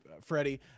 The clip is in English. Freddie